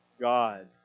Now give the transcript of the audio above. God